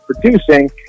producing